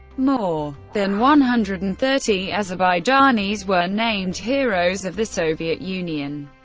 more than one hundred and thirty azerbaijanis were named heroes of the soviet union.